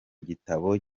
gitabo